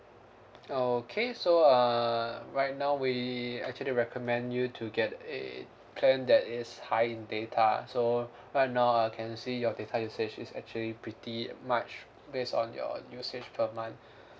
okay so uh right now we actually recommend you to get a plan that is high in data so right now uh can see your data usage is actually pretty much based on your usage per month